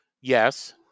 yes